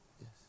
Yes